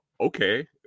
okay